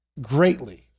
greatly